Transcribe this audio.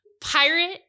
Pirate